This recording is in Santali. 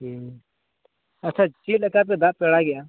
ᱦᱮᱸ ᱟᱪᱪᱷᱟ ᱪᱮᱫᱞᱮᱠᱟ ᱯᱮ ᱫᱟᱜ ᱟᱲᱟᱜᱮᱜᱼᱟ